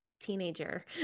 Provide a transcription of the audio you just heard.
teenager